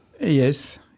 Yes